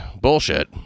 bullshit